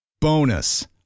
Bonus